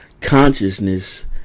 consciousness